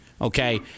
okay